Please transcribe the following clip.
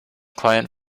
client